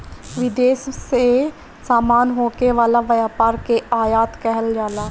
विदेश में सामान होखे वाला व्यापार के आयात कहल जाला